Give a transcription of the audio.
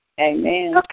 Amen